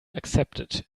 accepted